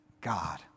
God